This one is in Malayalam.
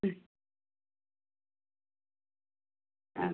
മ് ആ